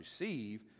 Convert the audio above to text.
receive